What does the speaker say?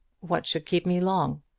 what should keep me long?